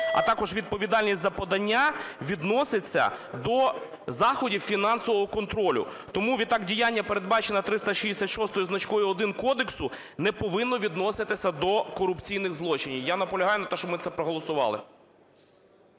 а також відповідальність за подання відноситься до заходів фінансового контролю. Тому відтак діяння, передбачене 366-ю зі значком "1" кодексу, не повинно відноситися до корупційних злочинів. Я наполягаю на тому, щоб ми це проголосували.